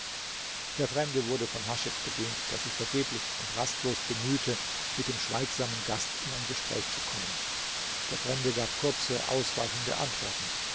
der fremde wurde von haschek bedient der sich vergeblich und rastlos bemühte mit dem schweigsamen gast in ein gespräch zu kommen der fremde gab kurze ausweichende antworten